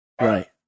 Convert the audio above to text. Right